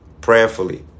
prayerfully